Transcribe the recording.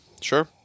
Sure